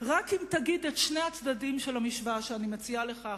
רק אם תגיד את שני הצדדים של המשוואה שאני מציעה לך עכשיו,